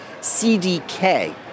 CDK